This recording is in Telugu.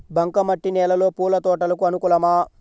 బంక మట్టి నేలలో పూల తోటలకు అనుకూలమా?